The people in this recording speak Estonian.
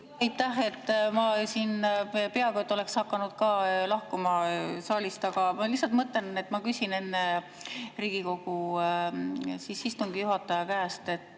Aitäh! Ma siin peaaegu oleks hakanud ka lahkuma saalist, aga ma lihtsalt mõtlesin, et ma küsin enne Riigikogu istungi juhataja käest.